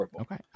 Okay